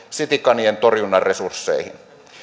citykanien torjunnan resursseihin